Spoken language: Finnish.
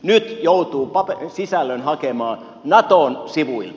nyt joutuu sisällön hakemaan naton sivuilta